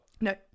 No